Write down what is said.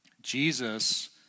Jesus